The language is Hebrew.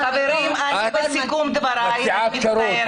--- חברים, אני בסיכום דבריי, אני מצטערת.